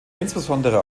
insbesondere